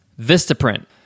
Vistaprint